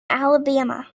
alabama